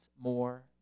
more